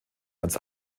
ganz